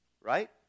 Right